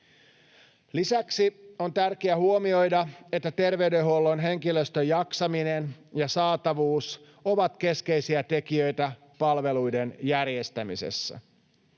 Lisäksi on tärkeää huomioida, että terveydenhuollon henkilöstön jaksaminen ja saatavuus ovat keskeisiä tekijöitä palveluiden järjestämisessä.